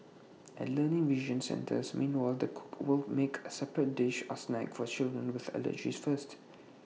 at learning vision centres meanwhile the cook will make A separate dish or snack for children with allergies first